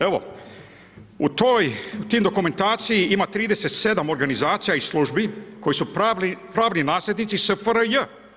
Evo u toj, tim dokumentaciji ima 37 organizacija i službi, koji su pravni nasljednici SFRJ.